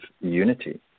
unity